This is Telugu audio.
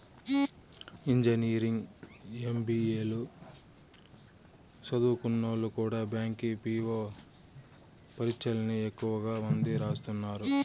ఇంజనీరింగ్, ఎం.బి.ఏ లు సదుంకున్నోల్లు కూడా బ్యాంకి పీ.వో పరీచ్చల్ని ఎక్కువ మంది రాస్తున్నారు